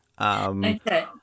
Okay